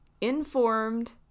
Informed